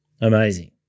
Amazing